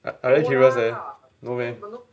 are are you serious leh no meh